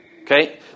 okay